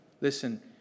Listen